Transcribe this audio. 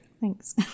thanks